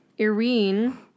Irene